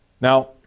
Now